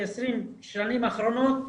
20 השנים האחרונות,